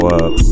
up